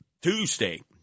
Tuesday